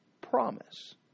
promise